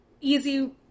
easy